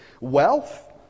wealth